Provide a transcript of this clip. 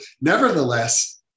Nevertheless